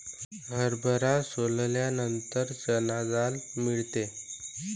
हरभरा सोलल्यानंतर चणा डाळ मिळते